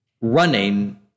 running